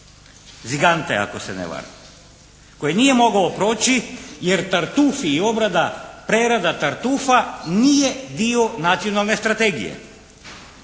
«Zigante» ako se ne varam. Koji nije mogao proći jer tartufi i obrada, prerada tartufa nije dio nacionalne strategije.